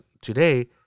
today